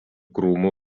krūmų